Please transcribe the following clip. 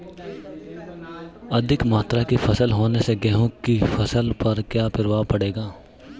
अधिक मात्रा की वर्षा होने से गेहूँ की फसल पर क्या प्रभाव पड़ेगा?